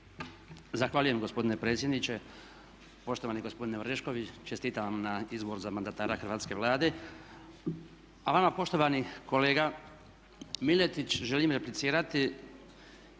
Zahvaljujem gospodine predsjedniče, poštovani gospodine Orešković, čestitam vam na izboru za mandatara hrvatske Vlade. A vama poštovani kolega Miletić želim replicirati,